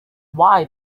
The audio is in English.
why